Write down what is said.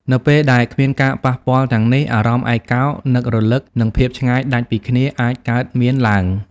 នៅពេលដែលគ្មានការប៉ះពាល់ទាំងនេះ អារម្មណ៍ឯកោ នឹករលឹក និងភាពឆ្ងាយដាច់ពីគ្នាអាចកើតមានឡើង។